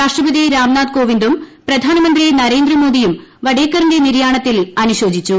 രാഷ്ട്രപതി രാംനാഥ് ക്ടോവിന്ദും പ്രധാനമന്ത്രി നരേന്ദ്രമോദിയും വഡേക്കറിന്റെ നിര്യാണ്ണത്തിൽ അനുശോചിച്ചു